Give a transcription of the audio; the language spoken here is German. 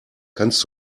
kannst